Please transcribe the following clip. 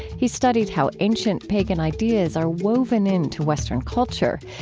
he's studied how ancient pagan ideas are woven into western culture.